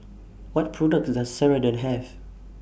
What products Does Ceradan Have